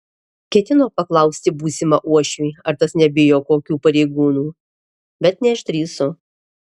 ketino paklausti būsimą uošvį ar tas nebijo kokių pareigūnų bet neišdrįso